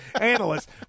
analyst